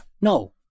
No